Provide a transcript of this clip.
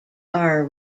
are